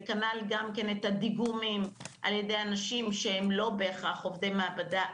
וכנ"ל גם את הדיגומים על ידי אנשים שהם לא בהכרח עובדי מעבדה,